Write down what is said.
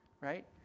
Right